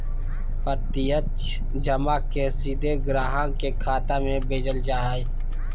प्रत्यक्ष जमा के सीधे ग्राहक के खाता में भेजल जा हइ